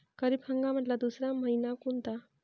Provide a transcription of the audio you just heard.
खरीप हंगामातला दुसरा मइना कोनता?